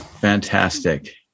Fantastic